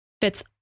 fits